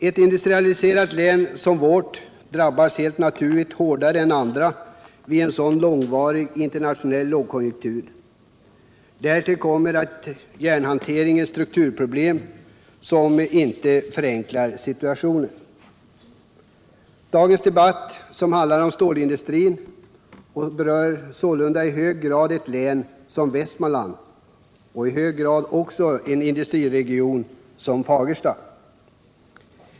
Ett industrialiserat län som vårt drabbas helt naturligt hårdare än andra vid en så långvarig internationell lågkonjunktur. Därtill kommer järnhanteringens strukturproblem, som inte förenklar situationen. Dagens debatt handlar om stålindustrin och berör sålunda i hög grad ett län som Västmanland och i hög grad också en industriregion som Fagersta.